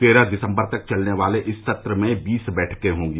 तेरह दिसम्बर तक चलने वाले इस सत्र में बीस बैठकें होगी